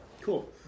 Cool